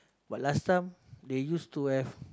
but last time they used to have